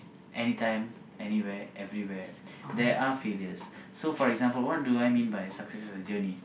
anytime anywhere everywhere there are failures so for example what do I mean by success is a journey